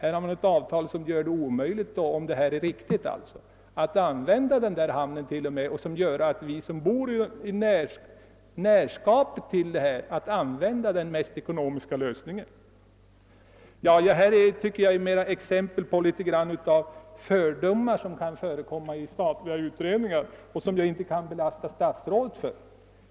Om detta är riktigt, skulle det bli omöjligt att utnyttja denna hamn. För oss som bor i grannskapet till hamnen skulle det vara omöjligt att använda den mest ekonomiska lösningen. Detta är närmast exempel på fördomar som kan förekomma i statliga utredningar men som jag inte kan förebrå statsrådet för.